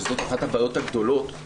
שזאת אחת הבעיות הגדולות,